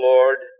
Lord